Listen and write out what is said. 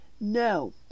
No